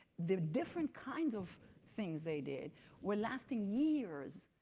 the different kinds of things they did were lasting years,